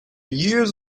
years